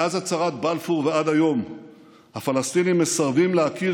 מאז הצהרת בלפור ועד היום הפלסטינים מסרבים להכיר